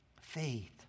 faith